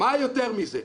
מה יותר מזה?